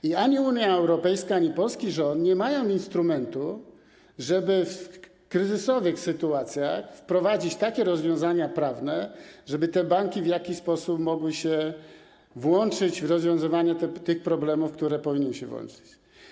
I ani Unia Europejska, ani polski rząd nie mają instrumentu, żeby w kryzysowych sytuacjach wprowadzić takie rozwiązania prawne, żeby te banki w jakiś sposób mogły się włączyć w rozwiązywanie tych problemów, w których rozwiązywanie powinny się włączyć.